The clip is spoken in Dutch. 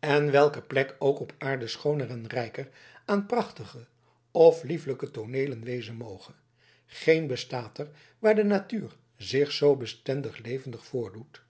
en welke plek ook op aarde schooner en rijker aan prachtige of lieflijke tooneelen wezen moge geen bestaat er waar de natuur zich zoo bestendig levendig voordoet